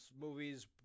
movies